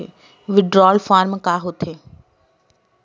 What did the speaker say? Withdrawal form का होथे?